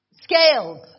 scales